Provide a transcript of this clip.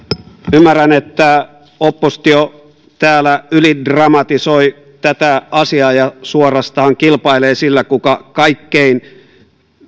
ymmärrän että oppositio täällä ylidramatisoi tätä asiaa ja suorastaan kilpailee sillä kuka kaikkein